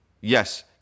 Yes